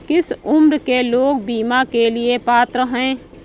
किस उम्र के लोग बीमा के लिए पात्र हैं?